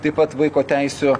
taip pat vaiko teisių